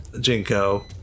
Jinko